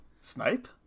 Snipe